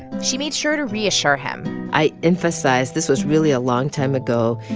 she made sure to reassure him i emphasized this was, really, a long time ago.